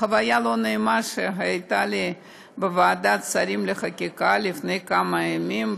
בחוויה לא נעימה שהייתה לי בוועדת השרים לחקיקה לפני כמה ימים,